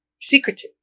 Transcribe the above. Secretive